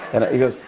and he goes,